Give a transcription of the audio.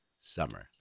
summer